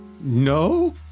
No